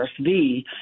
RSV